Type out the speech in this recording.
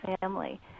family